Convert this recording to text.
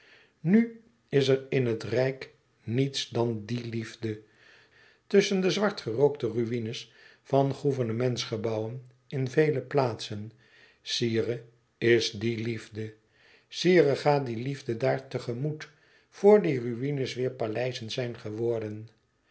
nù is er in het rijk niets dan die liefde tusschen de zwart gerookte ruïnes van gouvernementsgebouwen in vele plaatsen sire is die liefde sire ga die liefde daar tegemoet vor die ruïnes weêr paleizen zijn geworden